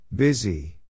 Busy